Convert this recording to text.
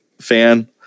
fan